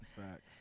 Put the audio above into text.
Facts